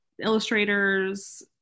illustrators